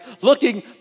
looking